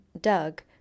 Doug